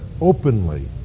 openly